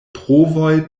provoj